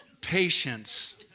patience